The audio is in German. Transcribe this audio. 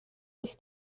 ist